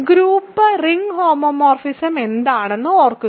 group ring homomorphism എന്താണെന്ന് ഓർക്കുക